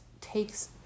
takes